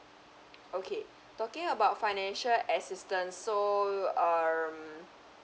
okay talking about financial assistance so err mm